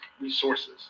resources